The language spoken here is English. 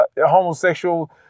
homosexual